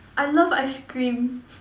I love ice cream